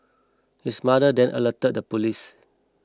his mother then alerted the police